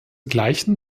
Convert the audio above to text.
gleichen